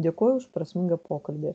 dėkoju už prasmingą pokalbį